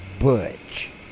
Butch